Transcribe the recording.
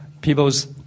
people's